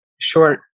short